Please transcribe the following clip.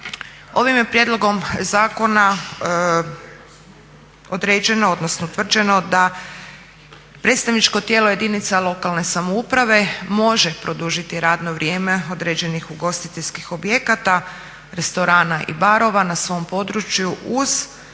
ovim je prijedlogom zakona određeno odnosno utvrđeno da predstavničko tijelo jedinica lokalne samouprave može produžiti radno vrijeme određenih ugostiteljskih objekata, restorana i barova na svom području uz